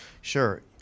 Sure